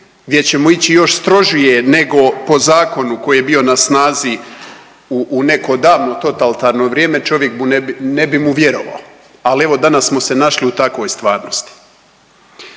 gdje ćemo ići još strožije nego po zakonu koji je bio na snazi u neko davno totalitarno vrijeme čovjek bi mu, ne bi mu vjerovao, ali evo danas smo se našli u takvoj stvarnosti.